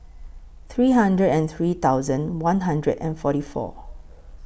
three hundred and three thousand one hundred and forty four